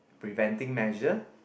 preventing measure